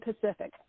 Pacific